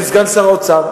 סגן שר האוצר.